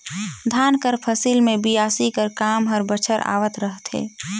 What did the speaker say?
धान कर फसिल मे बियासी कर काम हर बछर आवत रहथे